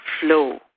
flow